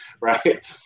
right